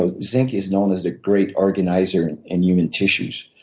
ah zinc is known as the great organizer in human tissues.